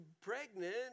pregnant